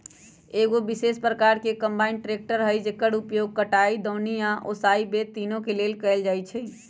एगो विशेष प्रकार के कंबाइन ट्रेकटर हइ जेकर उपयोग कटाई, दौनी आ ओसाबे इ तिनों के लेल कएल जाइ छइ